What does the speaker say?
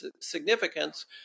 significance